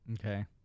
Okay